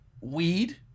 weed